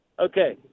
Okay